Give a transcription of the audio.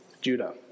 Judah